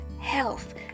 health